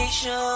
show